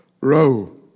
row